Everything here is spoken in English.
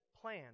plan